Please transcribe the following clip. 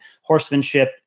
horsemanship